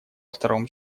втором